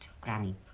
Granny